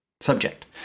subject